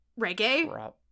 reggae